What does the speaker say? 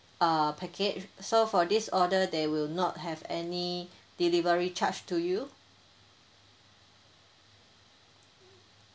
uh package so for this order there will not have any delivery charge to you